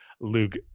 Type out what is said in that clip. Luke